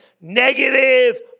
negative